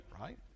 right